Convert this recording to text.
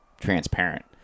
transparent